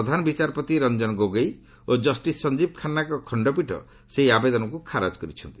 ପ୍ରଧାନ ବିଚାରପତି ରଞ୍ଜନ ଗୋଗୋଇ ଓ ଜଷ୍ଟିସ୍ ସଞ୍ଜୀବ୍ ଖାନ୍ନାଙ୍କ ଖଣ୍ଡପୀଠ ସେହି ଆବେଦନକୁ ଖାରଜ କରିଛନ୍ତି